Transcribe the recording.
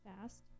fast